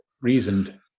reasoned